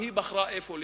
והיא בחרה איפה להקים.